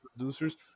producers